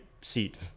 seat